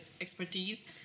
expertise